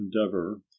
endeavor